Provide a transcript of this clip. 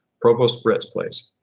provost britz please.